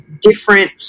different